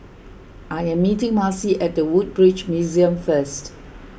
I am meeting Marcy at the Woodbridge Museum first